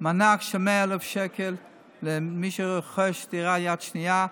מענק של 100,000 שקל למי שרוכש דירה יד שנייה.